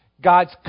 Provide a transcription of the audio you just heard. God's